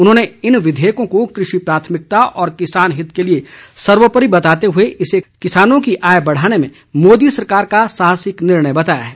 उन्होंने इन विधेयकों को कृषि प्राथमिकता और किसान हित के लिए सर्वोपरी बताते हुए इसे किसानों की आय बढ़ाने में मोदी सरकार का साहसिक निर्णय बताया है